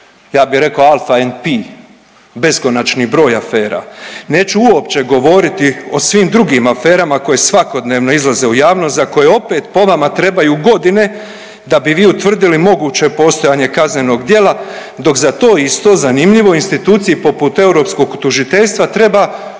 Ja bih rekao alfa and Pi, beskonačni broj afera. Neću uopće govoriti o svim drugim aferama koje svakodnevno izlaze u javnost za koje opet po vama trebaju godine da bi vi utvrdili moguće postojanje kaznenog djela, dok za to isto zanimljivo instituciji poput Europskog tužiteljstva treba 4